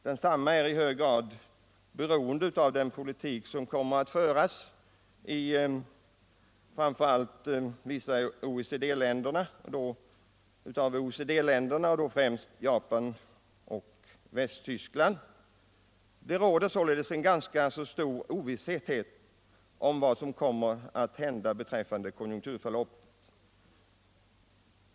Den är i hög grad beroende av den politik som kommer att föras i vissa OECD-länder, framför allt Japan och Västtyskland. Det råder således en ganska stor ovisshet om vad som kommer att hända beträffande konjunkturförloppet.